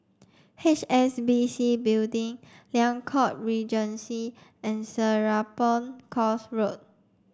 H S B C Building Liang Court Regency and Serapong Course Road